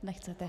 Nechcete.